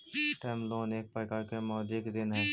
term loan एक प्रकार के मौदृक ऋण हई